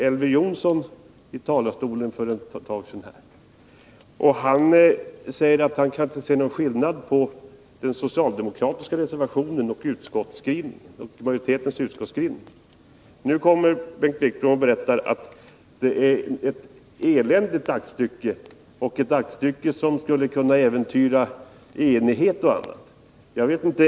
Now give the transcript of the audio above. Elver Jonsson sade för en stund sedan från denna talarstol att han inte kan se någon skillnad på den socialdemokratiska reservationen och utskottsmajoritetens skrivning. Nu säger Bengt Wittbom att reservationen är ett eländigt aktstycke som skulle kunna äventyra enigheten.